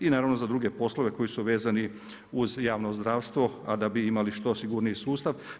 I naravno za druge poslove koji su vezani uz javno zdravstvo, a da bi imali što sigurniji sustav.